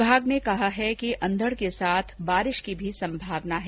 विभाग ने कहा है कि अंधड के साथ बारिश की भी संभावना है